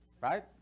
Right